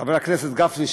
חבר הכנסת גפני,